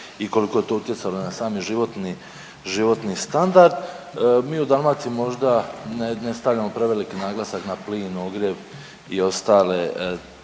i koliko je to utjecalo i na sami životni, životni standard. Mi u Dalmaciji možda ne stavljamo prevelik naglasak na plin, ogrjev i ostale